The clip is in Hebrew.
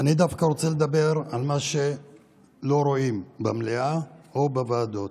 אני דווקא רוצה לדבר על מה שלא רואים במליאה או בוועדות.